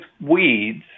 weeds